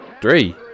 three